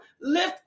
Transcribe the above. Lift